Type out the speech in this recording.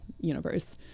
universe